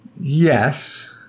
Yes